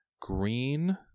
Green